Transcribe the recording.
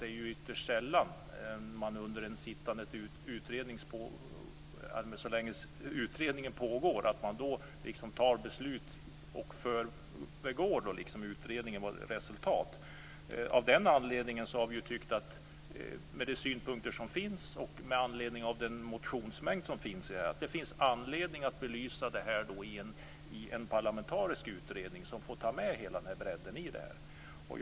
Det är ytterst sällan man fattar beslut under tiden en utredning pågår och därigenom föregår utredningens resultat. Med anledning av de synpunkter som framförts och den motionsmängd som finns i frågan har vi tyckt att det finns anledning att låta en parlamentarisk utredning belysa frågan i hela dess bredd.